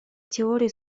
теории